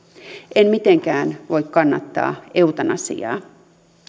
en mitenkään voi kannattaa eutanasiaa